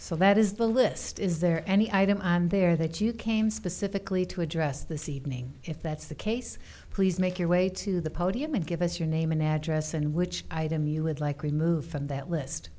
so that is the list is there any item there that you came specifically to address this evening if that's the case please make your way to the podium and give us your name and address and which item you would like remove from that list